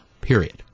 period